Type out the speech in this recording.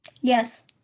Yes